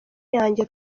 yanjye